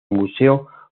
museo